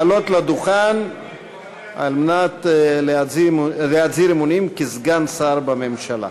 לעלות לדוכן על מנת להצהיר אמונים כסגן שר בממשלה.